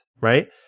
right